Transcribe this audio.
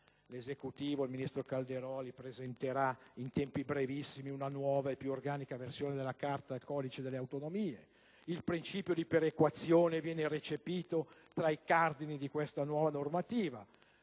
sollevate: il ministro Calderoli presenterà, in tempi brevissimi, una nuova e più organica versione della Carta delle autonomie, mentre il principio di perequazione viene recepito tra i cardini della nuova normativa.